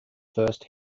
first